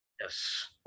Yes